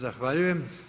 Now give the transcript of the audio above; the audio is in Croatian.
Zahvaljujem.